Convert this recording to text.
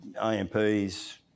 AMPs